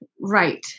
right